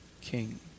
king